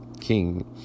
king